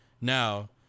Now